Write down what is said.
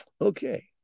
okay